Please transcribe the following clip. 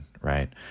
right